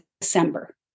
December